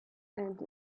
and